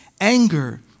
anger